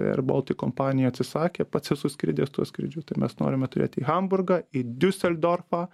air baltic kompanija atsisakė pats esu skridęs tuo skrydžiu tai mes norime turėti į hamburgą į diuseldorfą